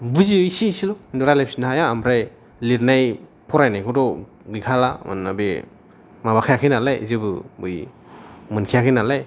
बुजियो एसे एसेल' रायलायफिननों हाया ओमफ्राय लिरनाय फरायनयखौथ' गैखाला मानोना बे माबा खायाखैनालाय जेबो बै मोनखायाखै नालाय